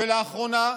ולאחרונה,